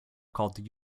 called